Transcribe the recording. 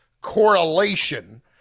correlation